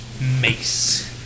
mace